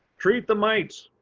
treat the mites.